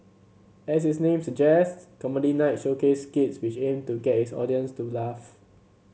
as its name suggests Comedy Night showcased skits which aimed to get its audience to laugh